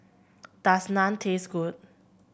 does Naan taste good